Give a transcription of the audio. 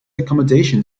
accommodation